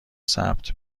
ثبت